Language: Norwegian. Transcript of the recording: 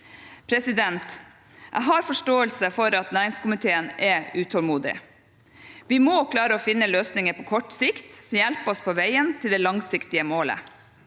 krise Jeg har forståelse for at næringskomiteen er utålmodig. Vi må klare å finne løsninger på kort sikt som hjelper oss på veien til det langsiktige målet.